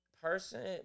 person